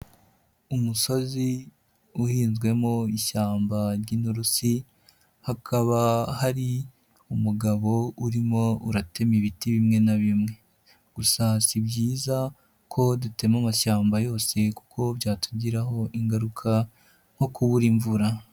Umusozi uhinzwemo ishyamba ry'inturusi, hakaba hari umugabo urimo uratema ibiti bimwe na bimwe. Gusa si byiza ko dutema amashyamba yose kuko byatugiraho ingaruka nko kubura imvura.